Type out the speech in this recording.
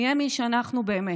נהיה מי שאנחנו באמת,